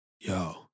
yo-